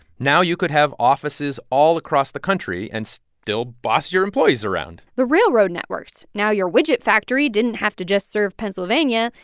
now you could have offices all across the country and still boss your employees around the railroad networks now your widget factory didn't have to just serve pennsylvania.